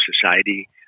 society